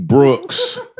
Brooks